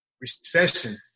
recession